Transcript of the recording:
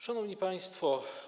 Szanowni Państwo!